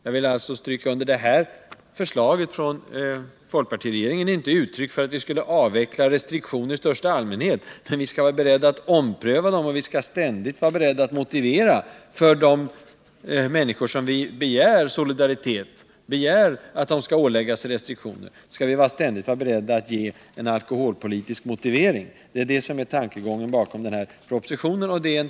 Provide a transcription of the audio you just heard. Jag vill alltså stryka under att det här förslaget från folkpartiregeringen inte är något uttryck för att vi skulle vilja avveckla restriktioner i största allmänhet, men att vi skall vara beredda att ompröva dem. Vi skall också ständigt vara beredda att ge de människor av vilka vi begär solidaritet en alkoholpolitisk motivering för kraven på ingrepp i deras frihet. Det är tankegången bakom propositionen.